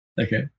Okay